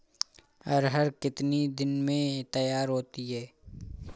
अरहर कितनी दिन में तैयार होती है?